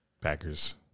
Packers